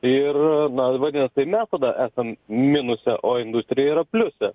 ir na vadinas ir mes tada esam minuse o industrija yra pliuse